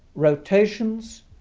rotations,